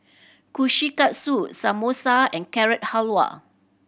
Kushikatsu Samosa and Carrot Halwa